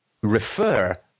refer